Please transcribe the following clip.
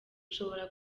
ushobora